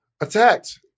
attacked